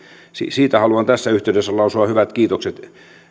siitä haluan tässä yhteydessä lausua hyvät kiitokset